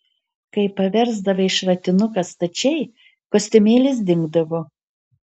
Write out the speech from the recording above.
kai paversdavai šratinuką stačiai kostiumėlis dingdavo